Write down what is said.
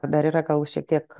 dar yra gal šiek tiek